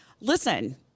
Listen